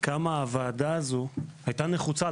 כמה הוועדה הזו היתה נחוצה,